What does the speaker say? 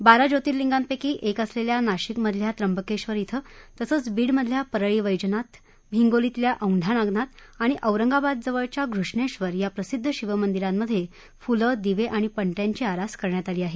बारा ज्योतीर्लीगांपैकी एक असलेल्या नाशिकमधल्या त्रंबकेश्वर इथं तसंच बीडमधल्या परळी वैजनाथ हिगोलितल्या औंधा नागनाथ आणि औरंगाबादजवळच्या एलोरा इथल्या घृश्णेश्वर या प्रसिद्ध शिवमंदीरांमध्ये फुलं दिवे आणि पणत्यांची आरास करण्यात आली आहे